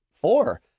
four